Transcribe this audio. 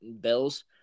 bills